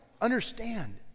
Understand